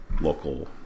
local